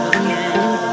again